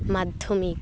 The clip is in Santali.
ᱢᱟᱫᱽᱫᱷᱚᱢᱤᱠ